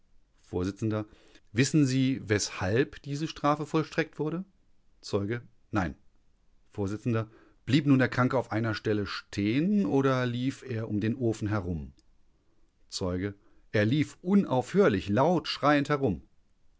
vors wissen sie weshalb diese strafe vollstreckt wurde zeuge nein vors blieb nun der kranke auf einer stelle stehen oder lief er um den ofen herum zeuge er lief unaufhörlich laut schreiend herum